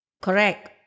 Correct